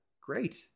great